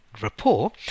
rapport